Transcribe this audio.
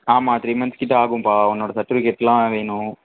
ஆமாம் three months கிட்டே ஆகும்பா உன்னோட சர்ட்டிஃபிக்கேட்டுலாம் வேணும்